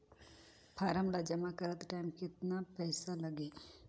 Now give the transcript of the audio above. Form ला जमा करत टाइम कतना पइसा लगही?